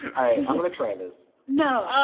i'm gonna try this. no!